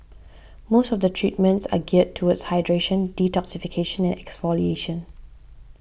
most of the treatments are geared toward hydration detoxification and exfoliation